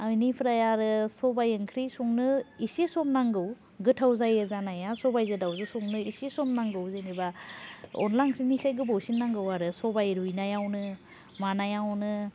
एनिफ्राय आरो सबाय ओंख्रि संनो इसे सम नांगौ गोथाव जायो जानाया सबायजों दावजों संनो इसे सम नांगौ जेनेबा अन्ला ओंख्रिनिफ्राय गोबावसिन नांगौ आरो सबाय रुइनायावनो मानायावनो